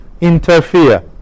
interfere